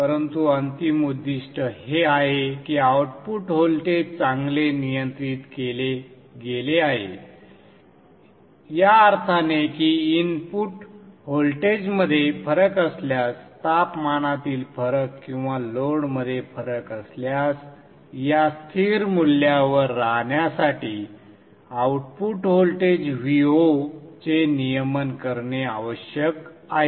परंतु अंतिम उद्दिष्ट हे आहे की आउटपुट व्होल्टेज चांगले नियंत्रित केले गेले आहे या अर्थाने की इनपुट व्होल्टेजमध्ये फरक असल्यास तापमानातील फरक किंवा लोडमध्ये फरक असल्यास या स्थिर मूल्यावर राहण्यासाठी आउटपुट व्होल्टेज Vo चे नियमन करणे आवश्यक आहे